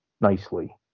nicely